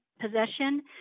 possession